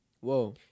Whoa